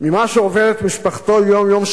ממה שעוברת משפחתו יום-יום,